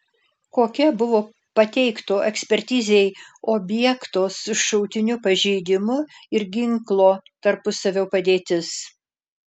kokia buvo pateikto ekspertizei objekto su šautiniu pažeidimu ir ginklo tarpusavio padėtis